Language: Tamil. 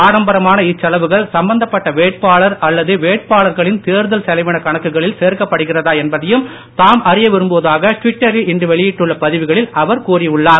ஆடம்பரமான இச்செலவுகள் சம்பந்தப்பட்ட வேட்பாளர் அல்லது வேட்பாளர்களின் தேர்தல் செலவின கணக்குகளில் சேர்க்கப்படுகிறதா என்பதையும் தாம் அறிய விரும்புவதாக டுவிட்டரில் இன்று வெளியிட்டுள்ள பதிவுகளில் அவர் கூறி உள்ளார்